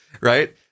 right